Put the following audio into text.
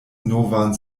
novan